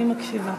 אני מקשיבה.